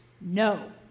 no